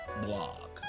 blog